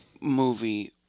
movie